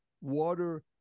water